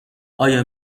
آیا